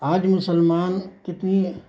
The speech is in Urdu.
آج مسلمان کتنی